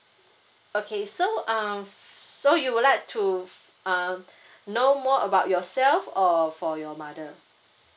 okay so um so you would like to uh know more about yourself or for your mother